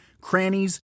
crannies